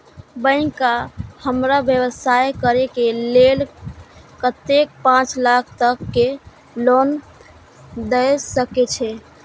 Bank का हमरा व्यवसाय करें के लेल कतेक पाँच लाख तक के लोन दाय सके छे?